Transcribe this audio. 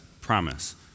promise